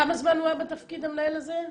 כמה זמן הוא היה בתפקיד, המנהל הזה?